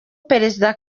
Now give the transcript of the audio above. perezida